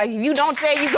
ah you don't say